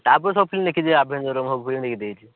ତା'ପରେ ସବୁ ଫିଲ୍ମ୍ ଦେଖିଛି ଆଭେଞ୍ଜରର ସବୁ ଫିଲ୍ମ ଦେଖି ଦେଖିଛି